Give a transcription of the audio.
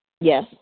yes